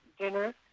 dinner